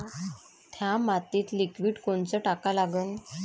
थ्या मातीत लिक्विड कोनचं टाका लागन?